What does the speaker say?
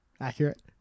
Accurate